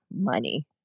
money